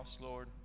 Lord